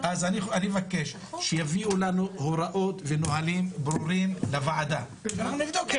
אני מבקש שיביאו לנו הוראות ונהלים ברורים לוועדה ואנחנו נבדוק את זה.